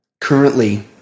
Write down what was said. currently